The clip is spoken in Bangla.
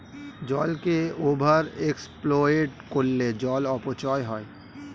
জলকে ওভার এক্সপ্লয়েট করলে জল অপচয় হয়